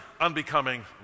unbecoming